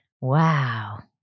Wow